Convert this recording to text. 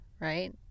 right